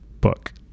book